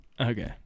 Okay